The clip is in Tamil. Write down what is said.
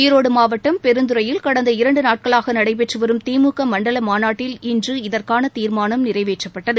ஈரோடு மாவட்டம் பெருந்துறையில் கடந்த இரண்டு நாட்களாக நடைபெற்று வரும் திமுக மண்டல மாநாட்டில் இன்று இதற்கான தீர்மானம் நிறைவேற்றப்பட்டது